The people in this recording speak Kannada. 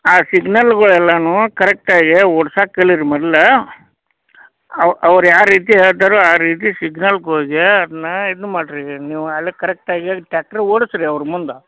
ಆ ಸಿಗ್ನಲ್ಗಳು ಎಲ್ಲನು ಕರೆಕ್ಟಾಗಿ ಓಡ್ಸಾಕೆ ಕಲಿರಿ ಮೊದ್ಲು ಅವ್ರು ಯಾ ರೀತಿ ಹೇಳ್ತಾರೋ ಆ ರೀತಿ ಸಿಗ್ನಲ್ಕ ಹೋಗಿ ಅದನ್ನ ಇದು ಮಾಡ್ರಿ ನೀವು ಅಲ್ಲಿ ಕರೆಕ್ಟಾಗಿ ಟ್ರ್ಯಾಕ್ಟ್ರಿ ಓಡಸ್ರಿ ಅವ್ರ ಮುಂದ